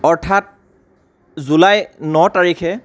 অৰ্থাৎ জুলাই ন তাৰিখে